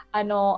ano